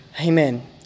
amen